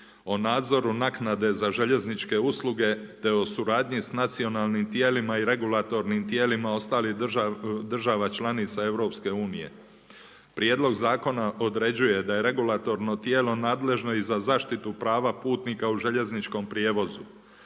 o nadzoru naknade za željezničke usluge te o suradnji sa nacionalnim tijelima i regulatornim tijelima ostalih država članica EU. Prijedlog zakona određuje da je regulatorno tijelo nadležno i za zaštitu prava putnika u željezničkom prijevozu,